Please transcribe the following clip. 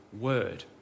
word